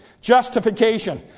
Justification